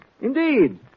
Indeed